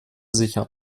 sichern